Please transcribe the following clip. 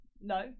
No